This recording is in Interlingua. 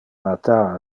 natar